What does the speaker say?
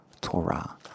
Torah